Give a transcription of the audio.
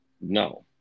no